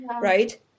right